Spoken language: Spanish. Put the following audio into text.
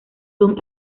son